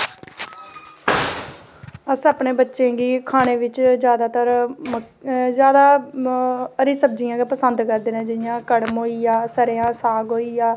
अस अपने बच्चें गी खानै बिच जादैतर जादै हरी सब्ज़ियां गै पसंद करदे न जियां कड़म होइया सरेआं दा साग होइया